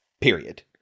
Period